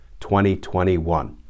2021